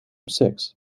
six